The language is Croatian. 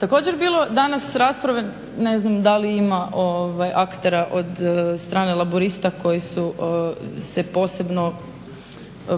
Također bilo danas rasprave, ne znam da li ima aktera od strane Laburista koji su se